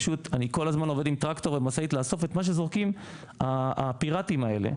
אני כל הזמן עובד עם טרקטור ומשאית לאסוף את מה שזורקים הפירטיים האלה.